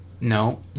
No